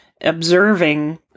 observing